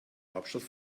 hauptstadt